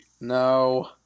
No